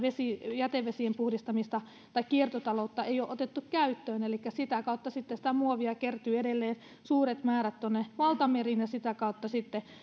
jätevesien puhdistamista tai kiertotaloutta ei ole otettu käyttöön elikkä sitä kautta sitten sitä muovia kertyy edelleen suuret määrät tuonne valtameriin ja sitä kautta